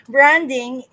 Branding